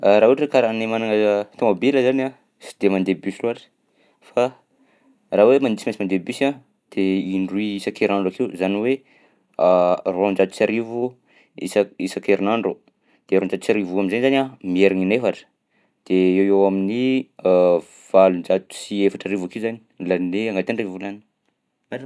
Raha ohatra karaha anay managna tômôbila zany a sy de mandeha bus loatra fa raha hoe ma- tsy maintsy mandeha bus a de indroy isan-kerinandro akeo zany hoe roanjato sy arivo isan- isan-kerin'andro de roanjato sy arivo io am'zay zany a miherigna inefatra de eo ho eo amin'ny valonjato sy efatra arivo akeo zany no laninay agnatin'ny iray volana.